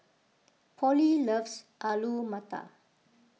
Polly loves Alu Matar